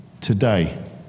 today